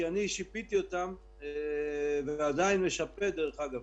כי אני שיפיתי אותם ועדיין משפה דרך אגב.